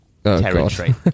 Territory